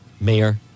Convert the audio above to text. Mayor